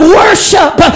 worship